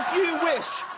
wish,